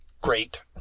great